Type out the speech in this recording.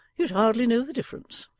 you'd hardly know the difference.